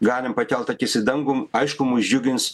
galim pakelt akis į dangų aišku mus džiugins